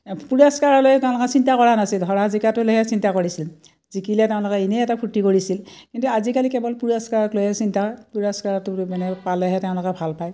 পুৰস্কাৰলৈ তেওঁলোকে চিন্তা কৰা নাছিল হৰা জিকাটোলৈহে চিন্তা কৰিছিল জিকিলে তেওঁলোকে এনেই এটা ফূৰ্তি কৰিছিল কিন্তু আজিকালি কেৱল পুৰস্কাৰক লৈহে চিন্তা হয় পুৰস্কাৰটো মানে পালেহে তেওঁলোকে ভাল পায়